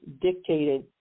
dictated